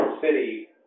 city